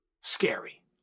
scary